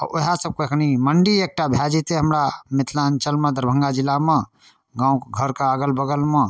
आओर वएह सबके कनि मण्डी एकटा भऽ जेतै हमरा मिथिलाञ्चलमे दरभङ्गा जिलामे गामघरके अगल बगलमे